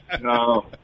No